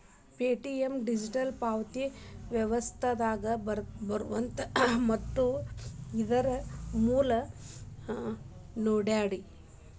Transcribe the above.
Paytm digital ಪಾವತಿ ವ್ಯವಸ್ಥೆದಾಗ ಬರತ್ತ ಮತ್ತ ಇದರ್ ಮೂಲ ನೋಯ್ಡಾ